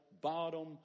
bottom